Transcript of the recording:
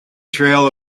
trail